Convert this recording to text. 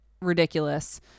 ridiculous